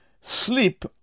sleep